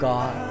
God